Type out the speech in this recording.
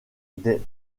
des